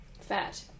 Fat